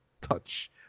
touch